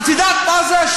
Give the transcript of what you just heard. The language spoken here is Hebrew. את יודעת מה זה?